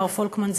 מר פולקמן.